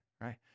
right